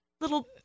little